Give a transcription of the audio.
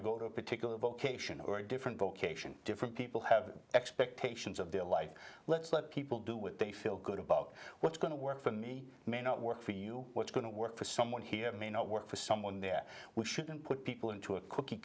to go to a particular vocation or a different vocation different people have expectations of their life let's let people do what they feel good about what's going to work for me may not work for you what's going to work for someone here may not work for someone there we shouldn't put people into a cookie